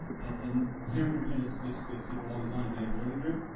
and here we were going to switch to a sql always on availability group.